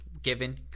Given